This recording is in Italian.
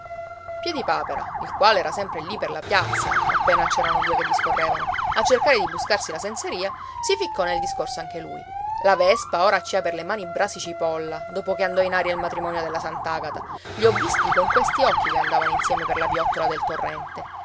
altro piedipapera il quale era sempre lì per la piazza appena c'erano due che discorrevano a cercare di buscarsi la senseria si ficcò nel discorso anche lui la vespa ora ci ha per le mani brasi cipolla dopo che andò in aria il matrimonio della sant'agata li ho visti con questi occhi che andavano insieme per la viottola del torrente